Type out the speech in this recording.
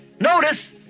Notice